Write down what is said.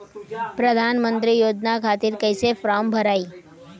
प्रधानमंत्री योजना खातिर कैसे फार्म भराई?